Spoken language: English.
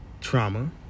trauma